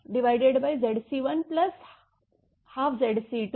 v2vfZc1Zc22